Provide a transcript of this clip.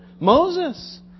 Moses